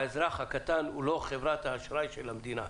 האזרח הקטן הוא לא חברת האשראי של המדינה.